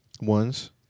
Ones